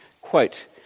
Quote